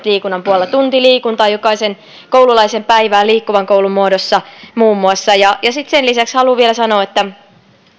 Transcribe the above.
liikunnan puolella tunti liikuntaa jokaisen koululaisen päivään liikkuvan koulun muodossa muun muassa sitten sen lisäksi haluan vielä sanoa että